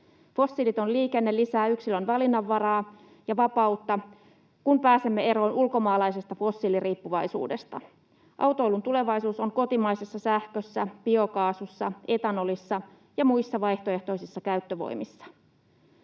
Fossiiliton liikenne lisää yksilön valinnanvaraa ja vapautta, kun pääsemme eroon ulkomaalaisesta fossiiliriippuvaisuudesta. Autoilun tulevaisuus on kotimaisessa sähkössä, biokaasussa, etanolissa ja muissa vaihtoehtoisissa käyttövoimissa.